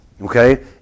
Okay